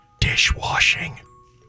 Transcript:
dishwashing